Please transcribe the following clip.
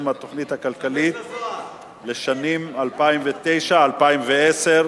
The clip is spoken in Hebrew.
התוכנית הכלכלית לשנים 2009 ו-2010)